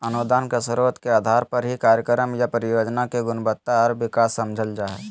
अनुदान के स्रोत के आधार पर ही कार्यक्रम या परियोजना के गुणवत्ता आर विकास समझल जा हय